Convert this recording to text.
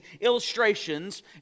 illustrations